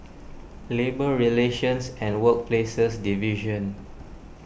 Labour Relations and Workplaces Division